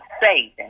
saving